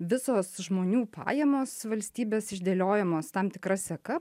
visos žmonių pajamos valstybės išdėliojamos tam tikra seka